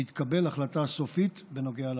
תתקבל החלטה הסופית בנוגע להריסה.